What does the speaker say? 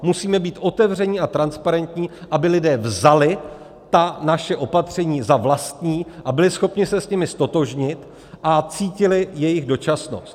Musíme být otevření a transparentní, aby lidé vzali ta naše opatření za vlastní a byli schopni se s nimi ztotožnit a cítili jejich dočasnost.